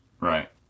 right